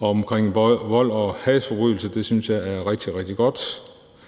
vedrørende vold og hadforbrydelser, og det synes jeg er rigtig, rigtig godt.